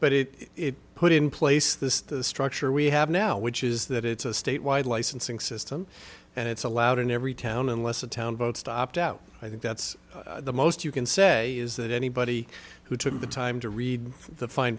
but it it put in place this structure we have now which is that it's a statewide licensing system and it's allowed in every town unless a town votes to opt out i think that's the most you can say is that anybody who took the time to read the fine